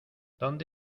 dónde